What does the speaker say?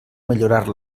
millorar